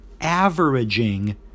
averaging